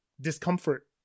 discomfort